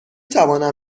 توانم